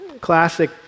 classic